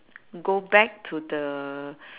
go back to the